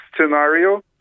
scenario